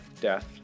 death